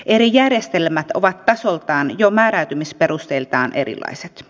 eri järjestelmät ovat tasoltaan ja määräytymisperusteiltaan erilaiset